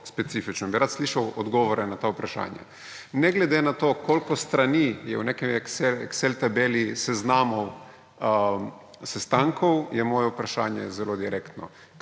specifično. Rad bi slišal odgovore na ta vprašanja: Ne glede na to, koliko strani je v neki Excelovi tabeli seznamov sestankov, je moje vprašanje zelo direktno.